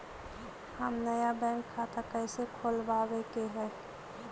हम नया बैंक खाता कैसे खोलबाबे के है?